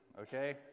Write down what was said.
Okay